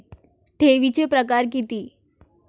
ठेवीचे प्रकार किती?